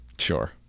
sure